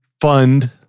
fund